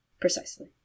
Precisely